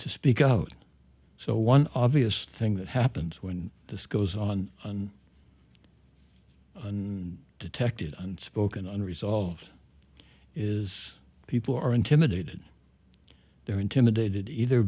to speak out so one obvious thing that happens when this goes on and on and detected and spoken and resolved is people are intimidated they're intimidated either